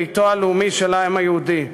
ביתו הלאומי של העם היהודי.